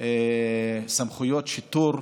סמכויות שיטור.